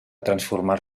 transformar